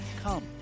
come